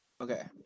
Okay